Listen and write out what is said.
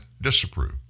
disapprove